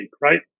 right